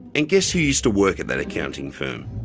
and guess who used to work at that accounting firm?